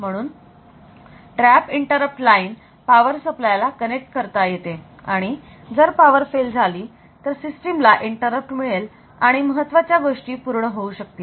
म्हणून TRAP interrupt line power supply ला connect करता येते आणि जर पावर फेल झाली तर सिस्टीम ला इंटरप्ट मिळेल आणि महत्वाच्या गोष्टी पूर्ण होऊ शकतील